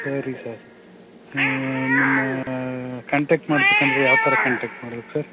ಸರಿ ಸರ್ ಹಾಂ ನಿಮ್ಮ ಕಾಂಟೆಕ್ಟ್ ಮಾಡಬೇಕು ಅಂದರೆ ಯಾವ ಥರ ಕಾಂಟೆಕ್ಟ್ ಮಾಡ್ಬೇಕು ಸರ್